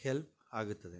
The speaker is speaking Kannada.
ಹೆಲ್ಪ್ ಆಗುತ್ತದೆ